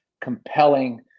compelling